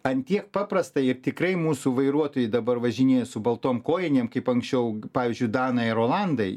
ant tiek paprasta ir tikrai mūsų vairuotojai dabar važinėja su baltom kojinėm kaip anksčiau pavyzdžiui danai ar olandai